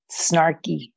snarky